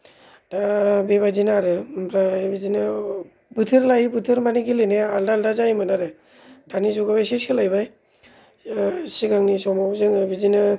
दा बेबादिनो आरो ओमफ्राय बिदिनो बोथोर लायै बोथोर गेलेनाया आलादा आलादा जायोमोन आरो दानि जुगाव एसे सोलायबाय सिगांनि समाव जों बिदिनो